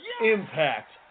Impact